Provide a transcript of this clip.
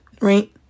right